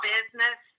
Business